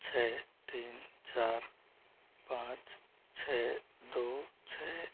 छः तीन चार पाँच छः दो छः